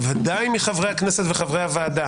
בוודאי מחברי הכנסת וחברי הוועדה,